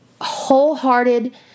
wholehearted